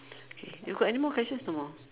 K you got any more questions no more